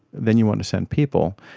then you want to send people.